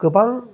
गोबां